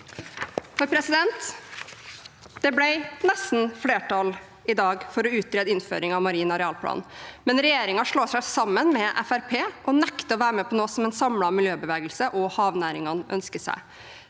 innføre dette. Det ble nesten flertall i dag for å utrede innføring av marin arealplan, men regjeringen slår seg sammen med Fremskrittspartiet og nekter å være med på noe som en samlet miljøbevegelse og havnæringene ønsker seg.